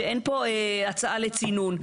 שאין פה הצעה לצינון.